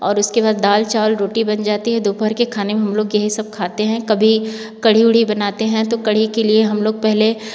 और उसके बाद दाल चावल रोटी बन जाती है दोपहर के खाने में हम लोग यही सब खाते हैं कभी कढ़ी ऊढ़ी बनाते हैं तो कढ़ी के लिए हम लोग पहले